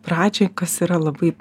pradžiai kas yra labai